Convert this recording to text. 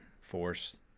force